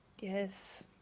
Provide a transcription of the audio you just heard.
Yes